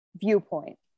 viewpoint